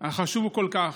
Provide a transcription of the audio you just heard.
החשוב כל כך,